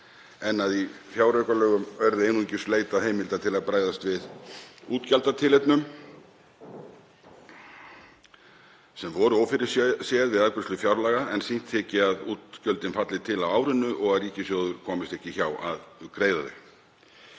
en að í fjáraukalögum verði einungis leitað heimilda til að bregðast við útgjaldatilefnum sem voru ófyrirséð við afgreiðslu fjárlaga en sýnt þyki að útgjöldin falli til á árinu og að ríkissjóður komist ekki hjá að greiða þau.